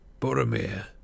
Boromir